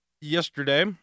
yesterday